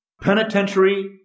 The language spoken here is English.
penitentiary